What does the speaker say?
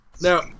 Now